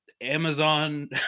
amazon